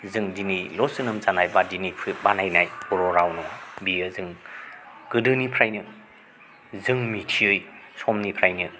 जों दिनैल' जोनोम जानाय बादिनिख्रुइ बानायनाय बर' राव नङा बेयो जों गोदोनिफ्रायनो जों मिथियै समनिफ्रायनो